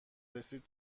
رسید